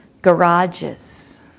Garages